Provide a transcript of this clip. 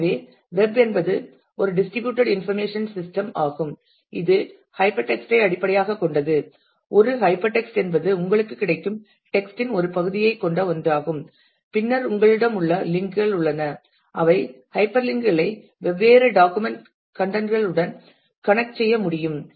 எனவே வெப் என்பது ஒரு டிஸ்ட்ரிபியூட்டட் இன்ஃபர்மேஷன் சிஸ்டம் ஆகும் இது ஹைப்பர் டெக்ஸ்ட் ஐ அடிப்படையாகக் கொண்டது ஒரு ஹைப்பர் டெக்ஸ்ட் என்பது உங்களுக்குக் கிடைக்கும் டெக்ஸ்ட் இன் ஒரு பகுதியைக் கொண்ட ஒன்றாகும் பின்னர் உங்களிடம் உள்ள லிங் கள் உள்ளன அவை ஹைப்பர் லிங் களை வெவ்வேறு டாக்குமெண்ட் கண்டென்ட் கள் உடன் கனெக்ட் செய்ய முடியும்